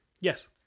Yes